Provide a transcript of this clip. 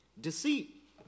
Deceit